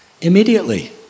Immediately